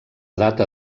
data